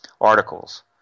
articles